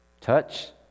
Touch